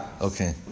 Okay